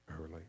early